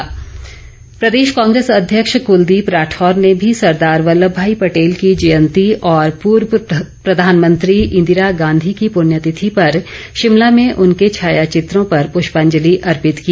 पटेल जयंती कांग्रेस प्रदेश कांग्रेस अध्यक्ष कुलदीप राठौर ने भी सरदार वल्लभ भाई पटेल की जयंती और पूर्व प्रधानमंत्री इंदिरा गांधी की पुण्यतिथि पर शिमला में उनके छायाचित्रों पर पुष्पाजलि अर्पित की